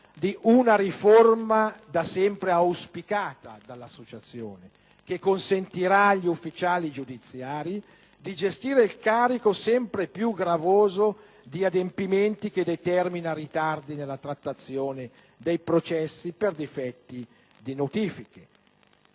di una riforma da sempre auspicata dall'Associazione stessa, che consentirà agli ufficiali giudiziari di gestire il carico sempre più gravoso di adempimenti che determinano ritardi nella trattazione dei processi per difetti di notifiche.